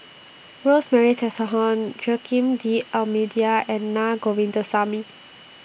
Rosemary Tessensohn Joaquim D'almeida and Na Govindasamy